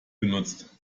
benutzt